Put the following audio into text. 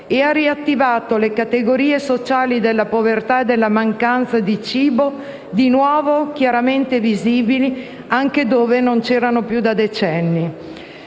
e ha riattivato le categorie sociali della povertà e dalla mancanza di cibo, di nuovo, chiaramente visibili anche dove non c'erano più da decenni.